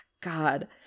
god